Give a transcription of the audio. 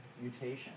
mutation